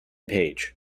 page